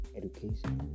education